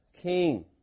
King